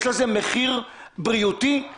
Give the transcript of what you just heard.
יש לזה מחיר בריאותי, פסיכולוגי,